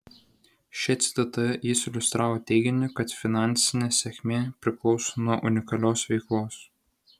šia citata jis iliustravo teiginį kad finansinė sėkmė priklauso nuo unikalios veiklos